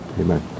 Amen